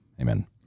Amen